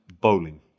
bowling